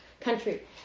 country